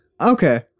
Okay